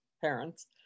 parents